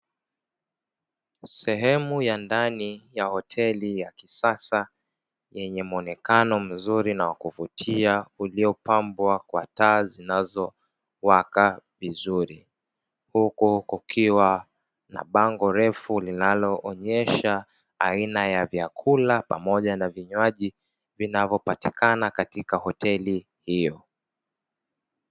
Sehemu ya ndani ya hoteli ya kisasa yenye mwonekano mzuri na wa kuvutia, uliopambwa kwa taa zinazowaka vizuri, huku kukiwa na bango refu linaloonyesha aina ya vyakula pamoja na vinywaji vinavyopatikana katika hoteli hiyo.